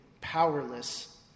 powerless